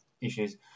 issues